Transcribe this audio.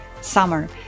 summer